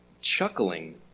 chuckling